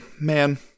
man